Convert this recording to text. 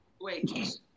Wait